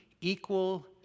equal